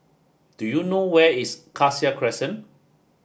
do you know where is Cassia Crescent